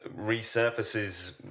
resurfaces